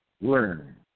Learn